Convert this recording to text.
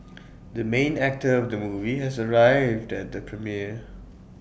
the main actor of the movie has arrived at the premiere